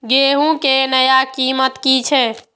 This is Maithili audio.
गेहूं के नया कीमत की छे?